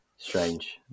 Strange